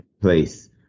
Place